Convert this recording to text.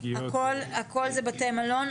הכל זה בתי מלון?